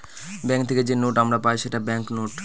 bank থেকে যে note আমরা পাই সেটা ব্যাঙ্ক নোট